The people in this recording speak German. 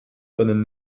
seinen